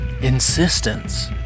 insistence